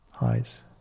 Eyes